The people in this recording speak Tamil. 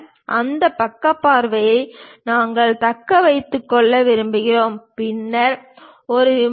அந்த பக்க பார்வையை நாங்கள் தக்க வைத்துக் கொள்ள விரும்புகிறோம் பின்னர் இது விமானம்